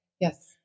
Yes